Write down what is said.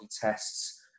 tests